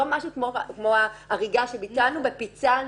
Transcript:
לא משהו כמו הריגה שביצענו ופיצלנו,